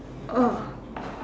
oh